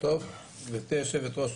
גברתי היו"ר,